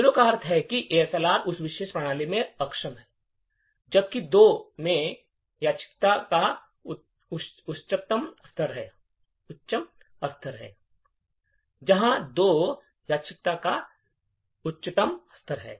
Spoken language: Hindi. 0 का अर्थ है कि एएसएलआर उस विशेष प्रणाली में अक्षम है जबकि 2 में यादृच्छिकता का उच्चतम स्तर है जहां 2 यादृच्छिकता का उच्चतम स्तर है